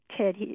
Ted